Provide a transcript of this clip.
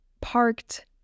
parked